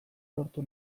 lortu